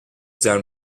done